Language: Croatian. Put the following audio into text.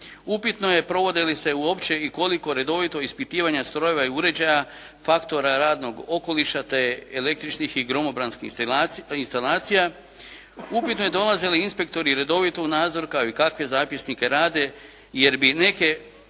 Upitno je provode li se uopće i koliko redovito ispitivanje strojeva i uređaja faktora radnog okoliša te električnih i gromobranskih instalacija. Upitno je dolaze li inspektori redovito u nadzor kao i kakve zapisnike rade, jer bi neke